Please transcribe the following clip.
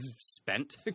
spent